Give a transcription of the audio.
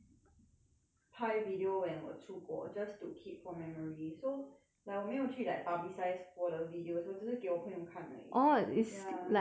拍 video when 我出国 just to keep for memory so like 我没有去 like publicise 我的 videos 我只是给我朋友看而已 ya